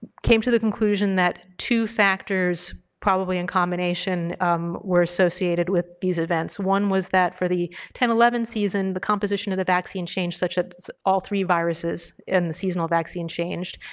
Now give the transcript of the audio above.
came to the conclusion that two factors probably in combination were associated with these events. one was that for the ten eleven season the composition of the vaccine changed such that all three viruses in the seasonal vaccine changed.